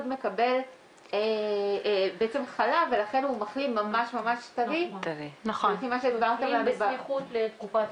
מקבל בעצם --- ולכן הוא מחלים ממש טרי) אם בסמיכות לתקופת